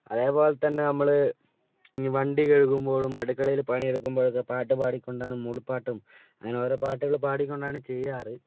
അതേപോലെതന്നെ നമ്മൾ ഈ വണ്ടി കഴുകുമ്പോഴും അടുക്കളയിൽ പണി എടക്കുമ്പോഴൊക്കെ പാട്ട് പാടിക്കൊണ്ടാണ് മൂളിപ്പാട്ടും അങ്ങനെ ഓരോ പാട്ടുകൾ പാടിക്കൊണ്ടാണ് ചെയ്യാറ്